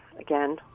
again